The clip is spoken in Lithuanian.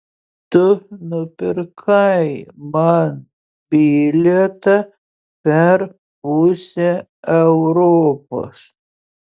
tu nupirkai man bilietą per pusę europos